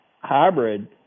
hybrid